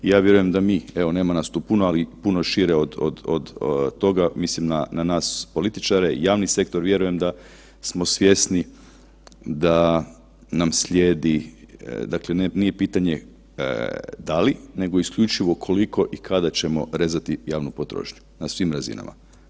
Ja vjerujem da mi, evo nema nas tu puno, ali puno šire od toga mislim na nas političare, javni sektor vjerujem da smo svjesni da nam slijedi, dakle nije pitanje da li, nego isključivo i kada ćemo rezati javnu potrošnju na svim razinama.